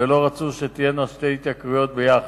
ולא רצו שתהיינה שתי התייקרויות ביחד.